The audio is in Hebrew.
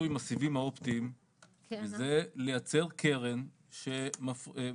עם הסיבים האופטיים וזה לייצר קרן שמעודדת